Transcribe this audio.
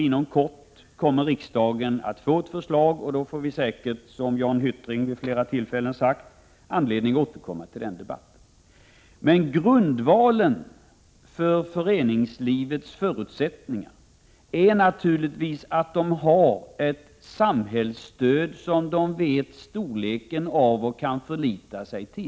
Inom kort kommer riksdagen att få ett förslag, och då får vi säkert, som Jan Hyttring vid flera tillfällen har sagt, anledning att återkomma till denna debatt. Grundvalen för föreningslivets förutsättningar är naturligtvis att det har ett samhällsstöd som man vet storleken på och kan förlita sig på.